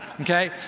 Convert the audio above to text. Okay